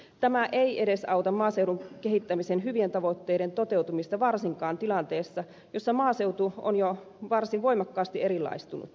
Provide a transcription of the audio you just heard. tämä ei edesauta maaseudun kehittämisen hyvien tavoitteiden toteutumista varsinkaan tilanteessa jossa maaseutu on jo varsin voimakkaasti erilaistunut